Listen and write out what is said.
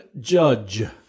Judge